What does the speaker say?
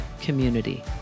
community